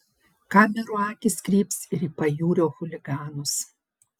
kamerų akys kryps ir į pajūrio chuliganus